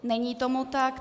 Není tomu tak.